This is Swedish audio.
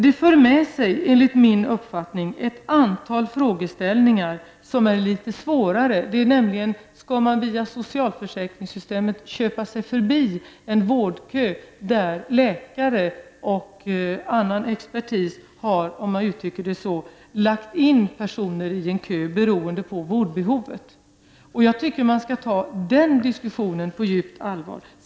Denna tanke för enligt min mening med sig ett antal frågor som det är litet svårare att klara ut. Skall man via socialförsäkringssystemet kunna köpa sig förbi en vårdkö, där läkare och annan expertis har, om jag får uttrycka det så, lagt in personer beroende på vårdbehovet? Jag tycker att man skall ta också den diskussionen på djupt allvar.